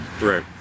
Right